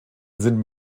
sind